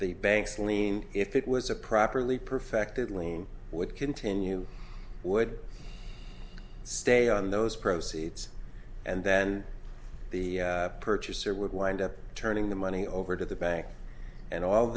lien if it was a properly perfected lien would continue would stay on those proceeds and then the purchaser would wind up turning the money over to the bank and all